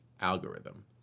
algorithm